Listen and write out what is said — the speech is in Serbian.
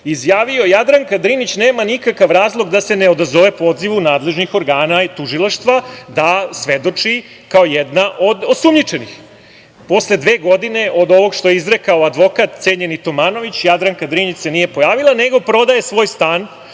izjavio - Jadranka Drinić nema nikakav razlog da se ne odazove pozivu nadležnih organa i tužilaštva da svedoči kao jedna od osumnjičenih. Posle dve godine od ovog što je izrekao advokat, cenjeni Tomanović, Jadranka Drinić se nije pojavila nego prodaje svoj stan.